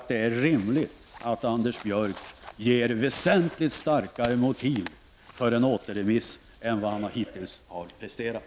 Det är rimligt att Anders Björck ger väsentligt starkare motiv för sitt återremissyrkande än det han hittills har presterat.